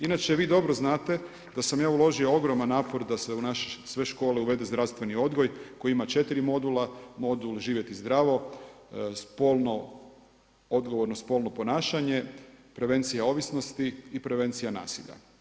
Inače vi dobro znate da sam ja uložio ogroman napor da se u naše sve škole uvede zdravstveni odgoj koji ima 4 modula – modul živjeti zdravo, odgovorno spolno ponašanje, prevencija ovisnosti i prevencija nasilja.